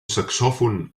saxòfon